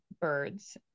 birds